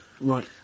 Right